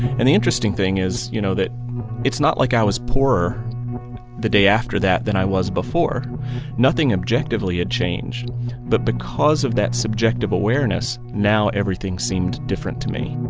and the interesting thing is, you know, that it's not like i was poorer the day after that than i was before nothing objectively had changed but because of that subjective awareness, now everything seemed different to me